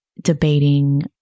debating